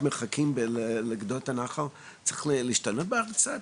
מרחקים מגדות הנחל צריכות להשתנות בארץ קצת?